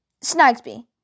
Snagsby